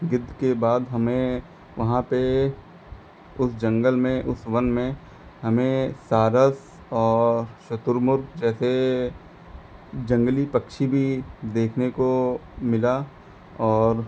गिद्ध के बाद हमें वहाँ पर उस जंगल में उस वन में हमें सारस और शुतुरमुर्ग जैसे जंगली पक्षी भी देखने को मिला और